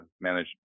manage